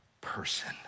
person